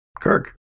Kirk